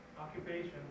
Occupation